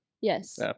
Yes